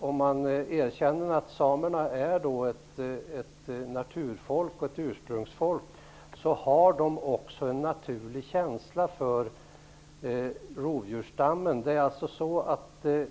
Om man erkänner att samerna är ett naturfolk och en ursprungsbefolkning inser man att samerna också har en naturlig känsla för rovdjursstammen.